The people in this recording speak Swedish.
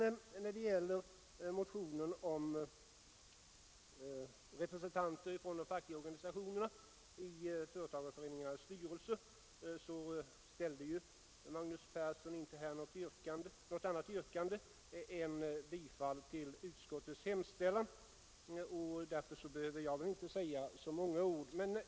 När det gäller motionen om representanter från de fackliga organisationerna i företagareföreningarnas styrelser ställde herr Persson i Karlstad inte något annat yrkande än bifall till utskottets hemställan. Därför behöver inte jag säga många ord.